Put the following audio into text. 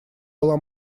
была